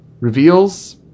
reveals